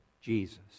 Jesus